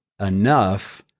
enough